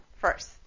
first